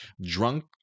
drunk